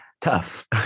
tough